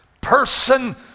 person